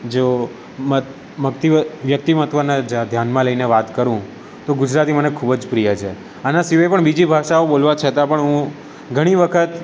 જો વ્યક્તિ મહત્ત્વને ધ્યાનમાં લઈને વાત કરું તો ગુજરાતી મને ખૂબ જ પ્રિય છે આના સિવાય પણ બીજી ભાષાઓ બોલવા છતાં પણ હું ઘણી વખત